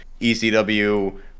ECW